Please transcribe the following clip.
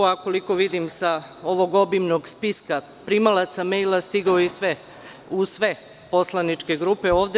Koliko vidim sa ovog obimnog spiska primalaca mejla, stigao je u sve poslaničke grupe ovde.